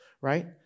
right